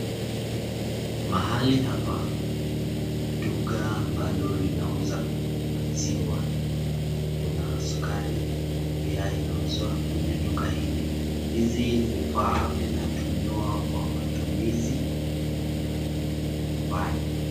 Mahali hapa ni duka ambalo linauza maziwa, kuna sukari pia inauzwa kwenye duka hili, hizi vifaa vinatumika kwa matumizi ya nyumbani